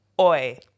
Oi